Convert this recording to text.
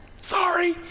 sorry